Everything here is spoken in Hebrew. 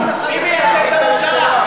מי מייצג את הממשלה?